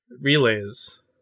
relays